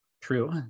True